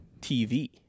TV